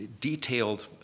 detailed